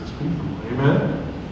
Amen